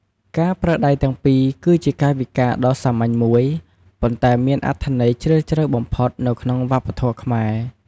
ការប្រើដៃទាំងពីរ គឺជាកាយវិការដ៏សាមញ្ញមួយ ប៉ុន្តែមានអត្ថន័យជ្រាលជ្រៅបំផុតនៅក្នុងវប្បធម៌ខ្មែរ។